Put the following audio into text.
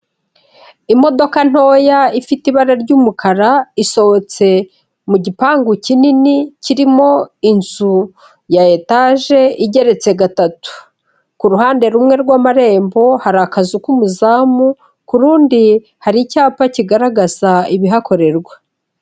Imodoka ntoya ifite ibara ry'umukara isohotse mu gipangu kinini kirimo inzu ya etaje igeretse gatatu, ku ruhande rumwe rw'amarembo hari akazu k'umuzamu, ku rundi hari icyapa kigaragaza ibihakorerwa.